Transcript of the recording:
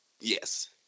Yes